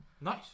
Nice